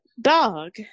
dog